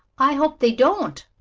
i hope they don't,